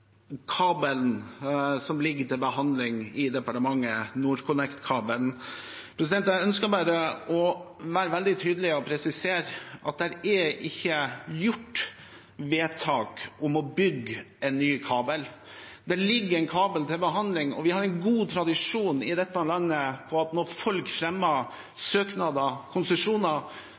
Jeg ønsker å være veldig tydelig og presisere at det ikke er gjort vedtak om å bygge en ny kabel. Det ligger en kabel til behandling i departementet, NorthConnect-kabelen, og vi har god tradisjon i dette landet for at når folk fremmer søknader, konsesjoner,